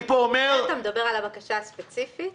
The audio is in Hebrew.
אתה מדבר על הבקשה הספציפית?